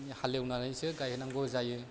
हालेवनानैसो गायनांगौ जायो